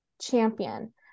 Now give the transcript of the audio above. champion